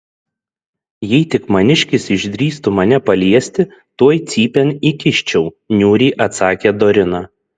jei tik maniškis išdrįstų mane paliesti tuoj cypėn įkiščiau niūriai atsakė dorina